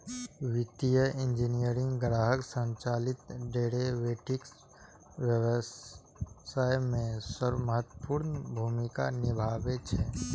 वित्तीय इंजीनियरिंग ग्राहक संचालित डेरेवेटिव्स व्यवसाय मे महत्वपूर्ण भूमिका निभाबै छै